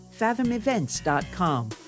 Fathomevents.com